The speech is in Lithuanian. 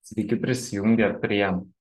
sveiki prisijungę prie